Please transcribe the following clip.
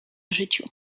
życiu